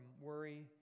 worry